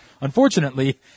Unfortunately